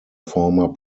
former